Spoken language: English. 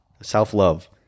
Self-love